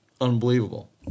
Unbelievable